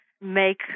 make